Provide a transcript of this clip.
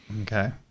Okay